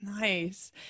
Nice